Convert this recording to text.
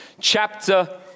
chapter